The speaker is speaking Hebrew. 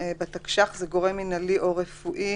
גורם מינהלי או רפואי